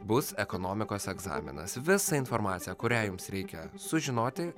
bus ekonomikos egzaminas visą informaciją kurią jums reikia sužinoti